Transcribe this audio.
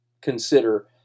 consider